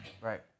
Right